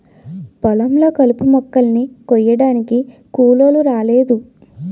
పొలం లో కంపుమొక్కలని కొయ్యడానికి కూలోలు రాలేదు